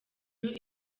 new